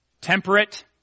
temperate